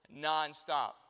nonstop